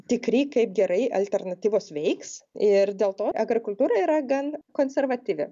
tikri kaip gerai alternatyvos veiks ir dėl to agrokultūra yra gan konservatyvi